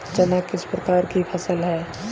चना किस प्रकार की फसल है?